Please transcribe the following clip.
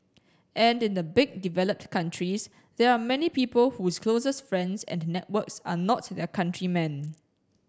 and in the big developed countries there are many people whose closest friends and networks are not their countrymen